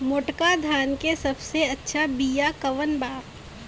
मोटका धान के सबसे अच्छा बिया कवन बा?